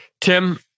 Tim